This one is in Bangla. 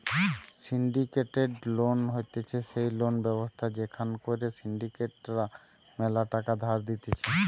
সিন্ডিকেটেড লোন হতিছে সেই লোন ব্যবস্থা যেখান করে সিন্ডিকেট রা ম্যালা টাকা ধার দিতেছে